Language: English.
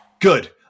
Good